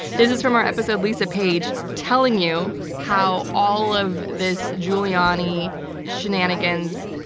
this is from our episode lisa page, telling you how all of this giuliani shenanigans,